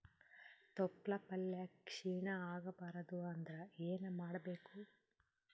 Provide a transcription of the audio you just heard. ತೊಪ್ಲಪಲ್ಯ ಕ್ಷೀಣ ಆಗಬಾರದು ಅಂದ್ರ ಏನ ಮಾಡಬೇಕು?